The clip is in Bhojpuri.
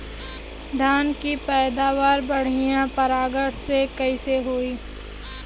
धान की पैदावार बढ़िया परागण से कईसे होई?